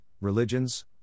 religions